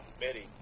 committee